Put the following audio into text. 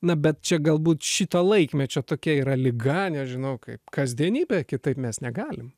na bet čia galbūt šito laikmečio tokia yra liga nežinau kaip kasdienybė kitaip mes negalim